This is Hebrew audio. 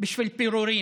בשביל פירורים,